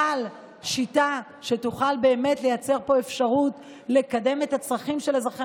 אבל שיטה שתוכל באמת לייצר פה אפשרות לקדם את הצרכים של אזרחי